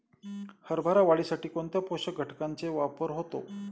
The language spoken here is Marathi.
हरभरा वाढीसाठी कोणत्या पोषक घटकांचे वापर होतो?